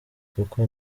kuko